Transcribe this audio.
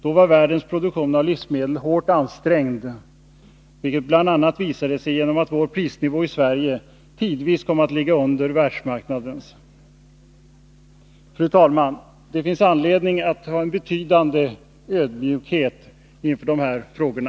Då var världens produktion av livsmedel hårt ansträngd, vilket bl.a. visade sig genom att vår prisnivå i Sverige tidvis kom att ligga under världsmarknadens. Fru talman! Det finns anledning att ha en betydande ödmjukhet inför de här frågorna.